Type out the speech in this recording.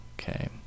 Okay